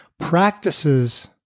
practices